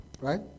Right